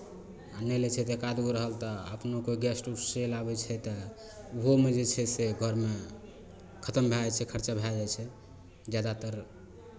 आ नहि लै छै एक आध गो रहल तऽ अपनो कोइ गेस्ट उस्ट चलि आबै छै तऽ ओहोमे जे छै से घरमे खतम भए जाइ छै खर्चा भए जाइ छै जादातर